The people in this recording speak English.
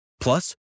Plus